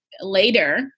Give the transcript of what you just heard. later